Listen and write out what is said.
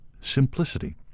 simplicity